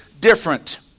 different